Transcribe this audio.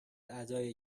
ادای